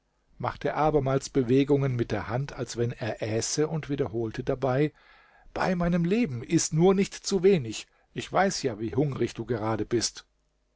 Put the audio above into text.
machte abermals bewegungen mit der hand als wenn er äße und wiederholte dabei bei meinem leben iß nur nicht zu wenig ich weiß ja wie hungrig du gerade bist